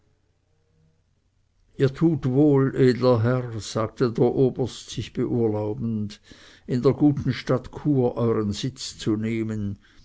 ihr tut wohl edler herr sagte der oberst sich beurlaubend in der guten stadt chur euern sitz zu nehmen